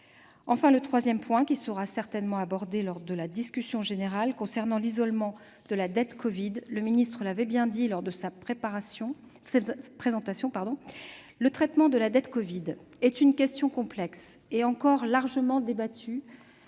Enfin, le troisième point qui sera certainement abordé lors de la discussion générale concerne l'isolement de la « dette covid ». Le ministre l'avait dit lors de sa présentation, le traitement de cette dette est une question complexe, et encore largement débattue